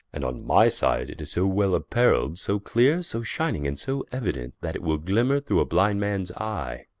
and on my side it is so well apparrell'd, so cleare, so shining, and so euident, that it will glimmer through a blind-mans eye